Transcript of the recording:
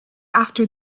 after